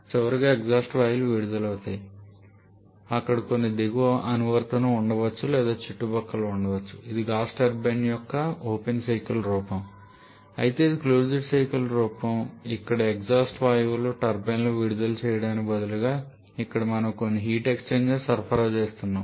చివరగా ఎగ్జాస్ట్ వాయువులు విడుదలవుతాయి అక్కడ కొన్ని దిగువ అనువర్తనం ఉండవచ్చు లేదా చుట్టుపక్కల ఉండవచ్చు ఇది గ్యాస్ టర్బైన్ యొక్క ఓపెన్ సైకిల్ రూపం అయితే ఇది క్లోజ్డ్ సైకిల్ రూపం ఇక్కడ ఎగ్జాస్ట్ వాయువులను టర్బైన్కు విడుదల చేయడానికి బదులుగా ఇక్కడ మనము కొన్ని హీట్ ఎక్స్చేంజర్ కి సరఫరా చేస్తున్నాము